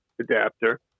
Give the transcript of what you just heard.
adapter